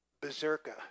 berserker